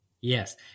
Yes